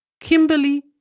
Kimberly